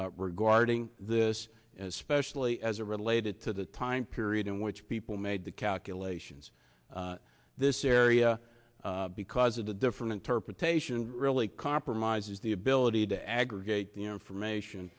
regarding this especially as it related to the time period in which people made the calculations this area because of the different interpretation really compromises the ability to aggregate the information